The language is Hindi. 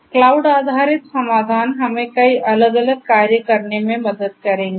क्लाउड आधारित समाधान हमें कई अलग अलग कार्य करने में मदद करेंगे